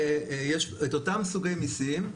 אותם סוגי מיסים,